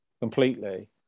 completely